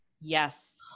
Yes